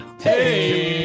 Hey